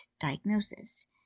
diagnosis